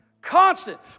Constant